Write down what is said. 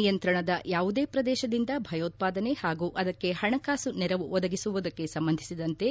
ತನ್ನ ನಿಯಂತ್ರಣದ ಯಾವುದೇ ಪ್ರದೇಶದಿಂದ ಭಯೋತ್ವಾದನೆ ಹಾಗೂ ಅದಕ್ಕೆ ಹಣಕಾಸು ನೆರವು ಒದಗಿಸುವುದಕ್ಕೆ ಸಂಬಂಧಿಸಿದಂತೆ